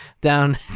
down